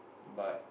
but